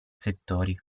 settori